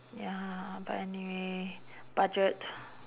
ya but anyway budget